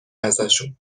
ازشون